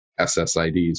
SSIDs